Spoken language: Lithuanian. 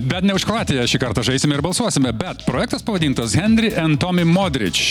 bet ne už kroatiją šį kartą žaisime ir balsuosime bet projektas pavadintas henri en tomi modrič